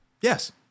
yes